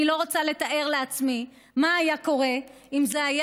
אני לא רוצה לתאר לעצמי מה היה קורה אם זה היה